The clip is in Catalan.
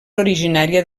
originària